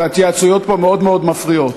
ההתייעצויות פה מאוד מאוד מפריעות.